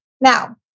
Now